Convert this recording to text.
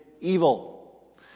evil